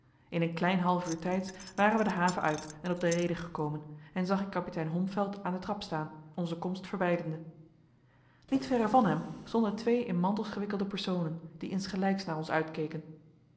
in een klein half uur tijds waren wij de haven uit en op de reede gekomen en zag ik kapitein holmfeld aan de trap staan onze komst verbeidende niet verre van hem stonden twee in mantels gewikkelde personen die insgelijks naar ons uitkeken